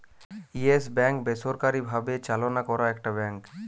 yes Bank বেসরকারি ভাবে চালনা করা একটা ব্যাঙ্ক